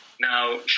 Now